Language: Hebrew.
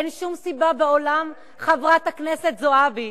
אין שום סיבה בעולם, חברת הכנסת זועבי,